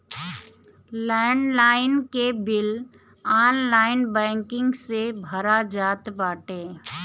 land line के bill online banking से भरा जात बाटे